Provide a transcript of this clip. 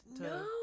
no